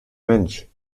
mensch